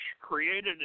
created